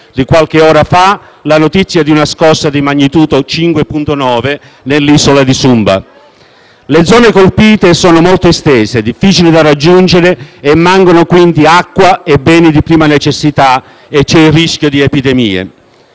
di qualche ora fa la notizia di una scossa di magnitudo 5.9 nell'isola di Sumba. Le zone colpite sono molto estese e difficili da raggiungere: mancano quindi acqua e beni di prima necessità e c'è il rischio di epidemie.